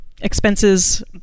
expenses